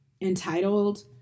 entitled